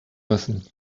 müssen